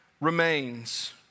remains